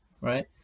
right